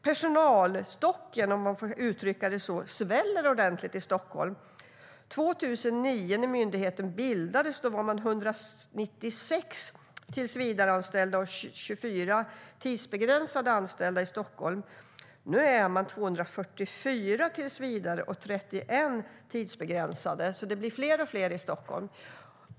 Personalstocken, om man får uttrycka det så, sväller ordentligt där. År 2009, när myndigheten bildades, var det 196 tillsvidareanställda och 24 tidsbegränsat anställda i Stockholm. Nu finns det 244 tillsvidareanställda och 31 tidsbegränsat anställda. Det blir alltså fler och fler i Stockholm.